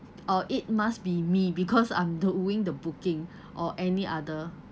or it must be me because I'm doing the booking or any other